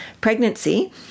pregnancy